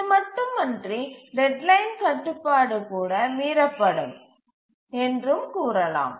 இது மட்டும் அன்றி டெட்லைன் கட்டுப்பாடு கூட மீறப்படும் என்றும் கூறலாம்